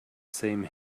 same